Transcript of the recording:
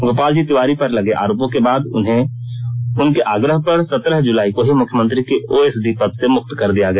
गोपालजी तिवारी पर लगे आरोपों के बाद उन्हें उनके आग्रह पर सत्रह जुलाई को ही मुख्यमंत्री के ओएसडी पद से मुक्त कर दिया गया